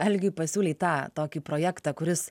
algiui pasiūlei tą tokį projektą kuris